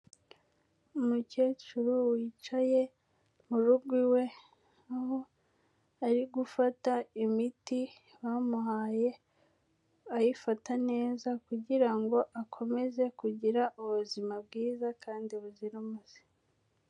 Umukecuru wicaye mu rugo iwe, aho ari gufata imiti bamuhaye, ayifata neza kugira ngo akomeze kugira ubuzima bwiza kandi buzira umuze.